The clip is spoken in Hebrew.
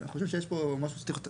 אני חושב שזה משהו שצריך להיות הפוך.